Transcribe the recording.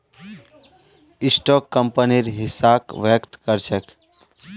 stock कंपनीर हिस्साक व्यक्त कर छेक